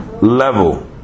level